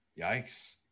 Yikes